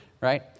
right